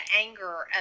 anger